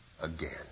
again